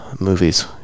movies